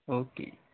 okay